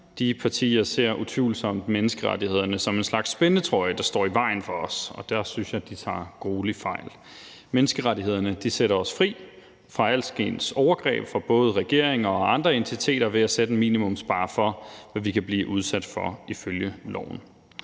De partier ser utvivlsomt menneskerettighederne som en slags spændetrøje, der står i vejen for os, og der synes jeg, de tager gruelig fejl. Menneskerettighederne sætter os fri fra alskens overgreb fra både regeringer og andre entiteter ved at sætte en minimumsbarre for, hvad vi kan blive udsat for ifølge loven.